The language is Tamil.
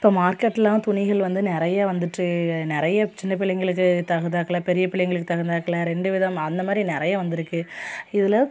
இப்போ மார்க்கெட்டெலாம் துணிகள் வந்து நிறைய வந்துட்டு நிறைய சின்ன பிள்ளைங்களுக்கு தகுந்தாக்குல பெரிய பிள்ளைங்களுக்கு தகுந்தாக்குல ரெண்டு விதம் அந்தமாதிரி நிறைய வந்துருக்குது இதில்